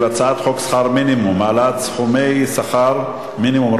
הצעת חוק שכר מינימום (העלאת סכומי שכר מינימום,